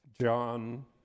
John